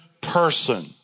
person